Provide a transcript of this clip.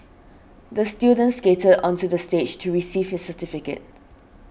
the student skated onto the stage to receive his certificate